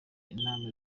inama